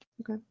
Okay